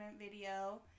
video